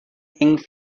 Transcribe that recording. king